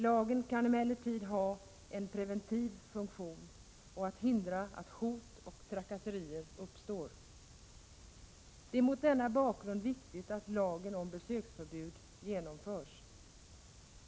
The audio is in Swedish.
Lagen kan emellertid ha en preventiv funktion och hindra att hot och trakasserier uppstår. Det är mot denna bakgrund viktigt att lagen om besöksförbud genomförs.